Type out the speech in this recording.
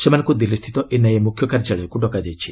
ସେମାନଙ୍କୁ ଦିଲ୍ଲୀସ୍ଥିତ ଏନ୍ଆଇଏ ମୁଖ୍ୟ କାର୍ଯ୍ୟାଳୟକୁ ଡକାଯାଇଛି